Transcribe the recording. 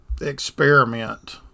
experiment